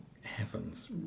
heavens